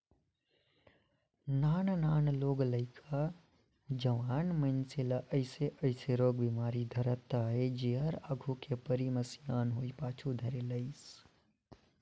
नान नान लोग लइका, जवान मइनसे मन ल अइसे अइसे रोग बेमारी धरत अहे जेहर आघू के घरी मे सियान होये पाछू धरे लाइस